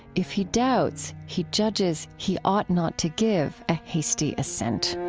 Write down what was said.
if he doubts, he judges he ought not to give a hasty assent.